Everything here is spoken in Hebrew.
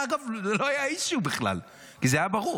אגב, זה לא היה אישיו בכלל, כי זה היה ברור.